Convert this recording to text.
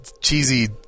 cheesy